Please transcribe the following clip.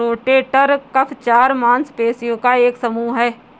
rotator cuff चार मांसपेशियों का एक समूह है